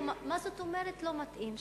מה זאת אומרת "לא מתאים",